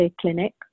Clinic